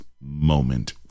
moment